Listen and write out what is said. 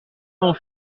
mon